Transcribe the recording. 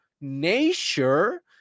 nature